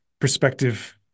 perspective